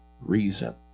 reason